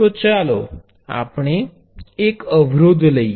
તો ચાલો આપણે એક અવરોધ લઈએ